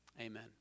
Amen